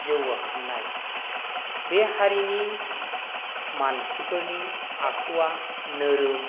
जौगाखांनाय बे हारिनि मानसिफोरनि आखुआ नोरोम